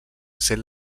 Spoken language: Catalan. sent